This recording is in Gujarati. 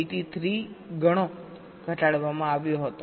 83 ગણો ઘટાડવામાં આવ્યો હતો